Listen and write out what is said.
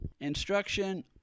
Instruction